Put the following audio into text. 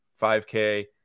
5k